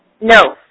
No